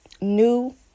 new